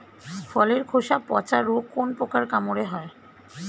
ফলের খোসা পচা রোগ কোন পোকার কামড়ে হয়?